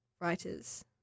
writers